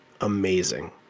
amazing